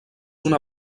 una